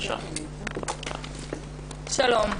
שלום.